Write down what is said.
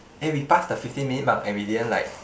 eh we pass the fifteen minute mark and we didn't like